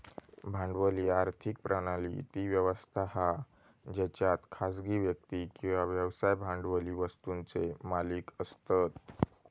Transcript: भांडवली आर्थिक प्रणाली ती व्यवस्था हा जेच्यात खासगी व्यक्ती किंवा व्यवसाय भांडवली वस्तुंचे मालिक असतत